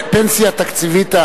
בפנסיה תקציבית,